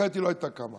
אחרת היא לא הייתה קמה.